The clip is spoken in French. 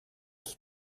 qui